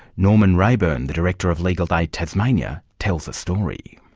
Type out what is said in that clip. norman raeburn, the director of legal aid tasmania tells the story.